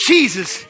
Jesus